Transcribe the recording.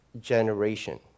generation